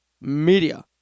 media